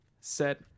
Set